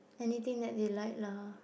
anything that they like lah